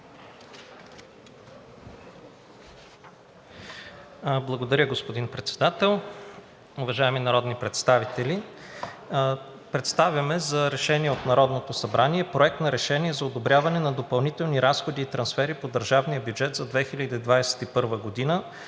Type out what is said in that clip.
Благодаря, господин Председател. Уважаеми народни представители! Представяме за решение от Народното събрание: „Проект! РЕШЕНИЕ за одобряване на допълнителни разходи и трансфери по държавния бюджет за 2021 г.